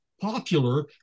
popular